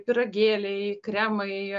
pyragėliai kremai